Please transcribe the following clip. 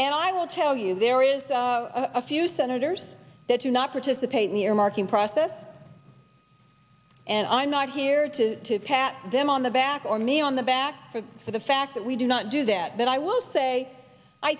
and i will tell you there is a few senators that do not participate in earmarking process and i'm not here to to pat them on the back or me on the back for the fact that we do not do that but i will say i